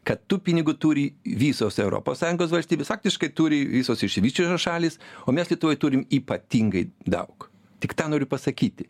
kad tų pinigų turi visos europos sąjungos valstybės faktiškai turi visos išsivysčiusios šalys o mes lietuvoj turime ypatingai daug tik tą noriu pasakyti